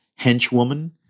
henchwoman